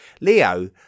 Leo